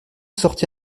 sortis